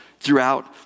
throughout